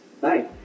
Bye